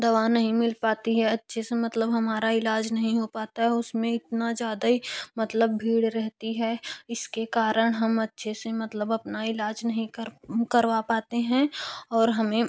दवा नहीं नहीं मिल पाती है अच्छे से मतलब हमारा इलाज नहीं हो पाता है उसमें इतना ज़्यादा ही मतलब भीड़ रहती है इसके कारण हम अच्छे से मतलब अपना इलाज नहीं कर करवा पाते हैं और हमें